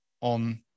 on